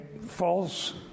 false